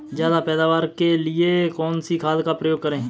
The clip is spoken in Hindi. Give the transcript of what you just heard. ज्यादा पैदावार के लिए कौन सी खाद का प्रयोग करें?